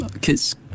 kids